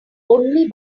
only